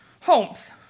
homes